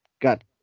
got